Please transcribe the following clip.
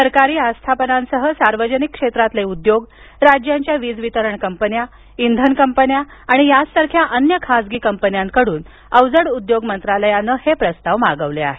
सरकारी आस्थांपनांसह सार्वजनिक क्षेत्रातील उद्योग राज्यांच्या वीज वितरण कंपन्या इंधन कंपन्या आणि याचसारख्या अन्य खाजगी कंपन्यांकडून अवजड उद्योग मंत्रालयानं हे प्रस्ताव मागवले आहेत